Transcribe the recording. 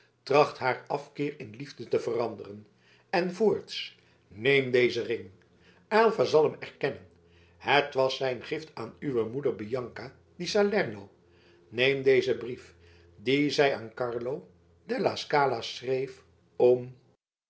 tracht haar afkeer in liefde te veranderen en voorts neem dezen ring aylva zal hem erkennen het was zijn gift aan uwe moeder bianca di salerno neem dezen brief dien zij aan carlo della scala schreef om